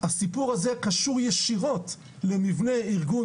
הסיפור הזה קשור ישירות למבנה ארגון